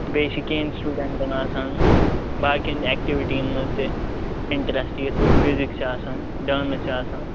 بیٚیہِ چھِ کیٚنٛہہ یِم سِٹوٗڈَنٛٹَن آسان باقِین ایکٹیٛوٗٹیٖزَن منٛز تہِ اِنٹرَسٹہٕ یِتھٕ پٲٹھۍ میٛوٗزِک چھُ آسان ڈانٕس چھُ آسان